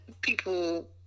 people